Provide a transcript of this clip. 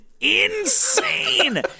insane